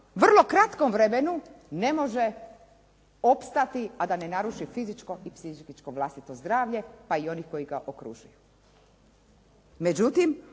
vrlo kratkom vremenu ne može opstati a da ne naruši psihičko i fizičko vlastito zdravlje pa i oni koji ga okružuju. Međutim,